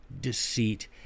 deceit